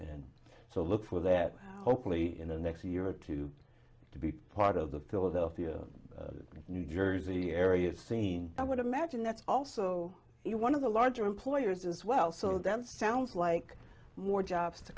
and so look for that hopefully in the next year or two to be part of the philadelphia new jersey area scene i would imagine that's also one of the larger employers as well some of them sounds like more jobs to